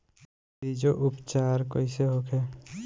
बीजो उपचार कईसे होखे?